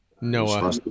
Noah